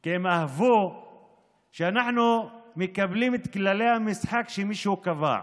כי הם אהבו שאנחנו מקבלים את כללי המשחק שמישהו קבע.